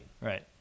Right